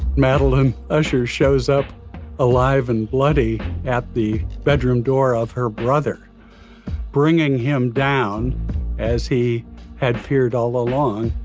madeleine usher shows up alive and bloody at the bedroom door of her brother bringing him down as he had feared all along.